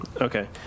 Okay